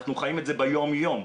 ואנחנו חיים את זה ביום יום.